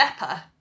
leper